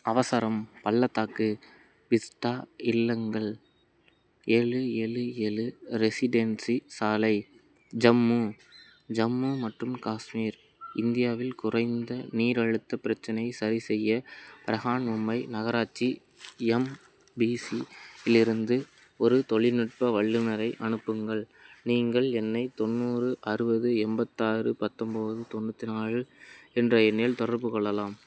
அவசரம் பள்ளத்தாக்கு விஸ்டா இல்லங்கள் ஏழு ஏழு ஏழு ரெசிடென்சி சாலை ஜம்மு ஜம்மு மற்றும் காஷ்மீர் இந்தியாவில் குறைந்த நீர் அழுத்த பிரச்சனை சரிசெய்ய ப்ரஹான்மும்பை நகராட்சி எம்பிசி இலிருந்து ஒரு தொழில்நுட்ப வல்லுநரை அனுப்புங்கள் நீங்கள் என்னை தொண்ணூறு அறுபது எண்பத்தாறு பத்தொம்பது தொண்ணூற்றி நாலு என்ற எண்ணில் தொடர்பு கொள்ளலாம்